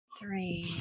Three